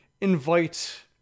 invite